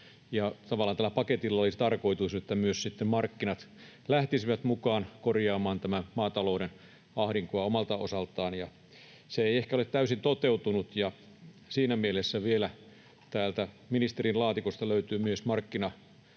samalla tällä paketilla olisi tarkoitus, että myös sitten markkinat lähtisivät mukaan korjaamaan tätä maatalouden ahdinkoa omalta osaltaan. Se ei ehkä ole täysin toteutunut, ja siinä mielessä vielä täältä ministerin laatikosta löytyy myös markkinalainsäädäntöön